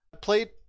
played